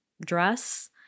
dress